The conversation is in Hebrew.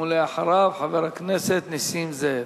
ואחריו, חבר הכנסת נסים זאב.